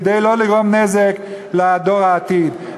כדי לא לגרום נזק לדור העתיד.